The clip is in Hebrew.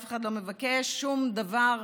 אף אחד לא מבקש שום דבר.